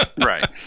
Right